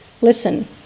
listen